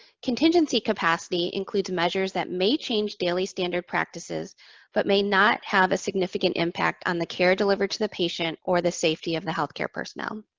contingency capacity includes measures that may change daily standard practices but may not have a significant impact on the care delivered to the patient or the safety of the healthcare personnel.